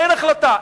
אין החלטה.